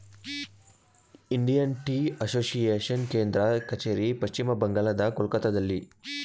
Indian tea association ಕೇಂದ್ರ ಕಚೇರಿ ಪಶ್ಚಿಮ ಬಂಗಾಳದ ಕೊಲ್ಕತ್ತಾದಲ್ಲಿ